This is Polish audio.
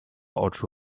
oczu